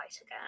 again